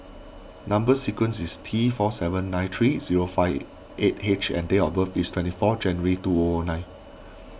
Number Sequence is T four seven nine three zero five eight H and date of birth is twenty four January two O O nine